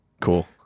Cool